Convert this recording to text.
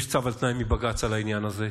יש צו על תנאי מבג"ץ על העניין הזה,